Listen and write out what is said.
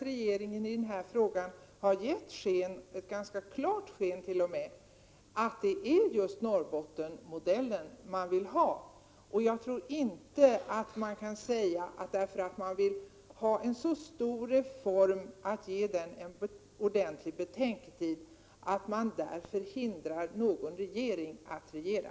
Regeringen har gett sken av — det tycker jag är ganska klart — att det är just Norrbottensmodellen som den vill ha genomförd. Man kan inte säga att man, genom att ge ordentlig betänketid innan man genomför en så stor reform som denna, hindrar någon regering från att regera.